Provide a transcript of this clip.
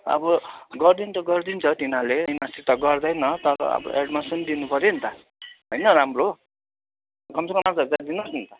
अब गरिदिनु त गरिदिन्छ तिनीहरूले बैमानी त गर्दैन तर एड्भान्स पनि त दिनुपऱ्यो नि त होइन राम्रो कम से कम आठ हजार दिनु नि त